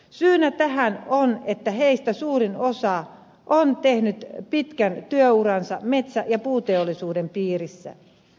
syynä tähän on että heistä suurin osa on tehnyt pitkän työuransa metsä ja puuteollisuuden piirissä